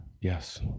Yes